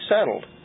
settled